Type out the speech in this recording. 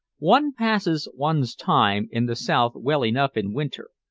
one passes one's time in the south well enough in winter,